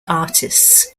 artists